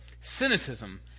Cynicism